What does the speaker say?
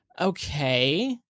Okay